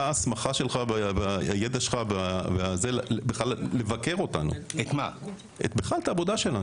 מה ההסמכה שלך והיידע שלך בכלל לבקר אותנו ואת העבודה שלנו?